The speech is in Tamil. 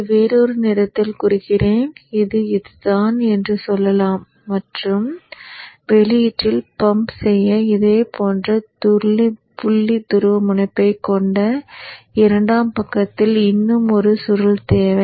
இதை வேறொரு நிறத்தில் குறிக்கிறேன் இது இதுதான் என்று சொல்லலாம் மற்றும் வெளியீட்டில் பம்ப் செய்ய இதேபோன்ற புள்ளி துருவமுனைப்பைக் கொண்ட இரண்டாம் பக்கத்தில் இன்னும் ஒரு சுருள் தேவை